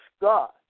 God